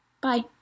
Bye